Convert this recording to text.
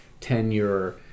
tenure